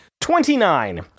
Twenty-nine